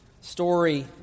story